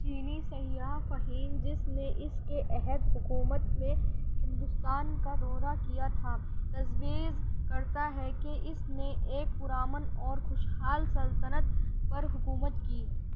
چینی سیّاح فہین جس نے اس کے عہد حکومت میں ہندوستان کا دورہ کیا تھا تجویز کرتا ہے کہ اس نے ایک پرامن اور خوش حال سلطنت پر حکومت کی